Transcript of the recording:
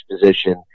position